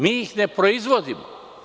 Mi ih ne proizvodimo.